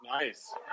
Nice